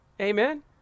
Amen